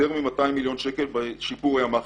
יותר מ-200 מיליון שקל בשיפור הימ"חים.